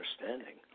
understanding